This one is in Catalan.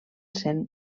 sent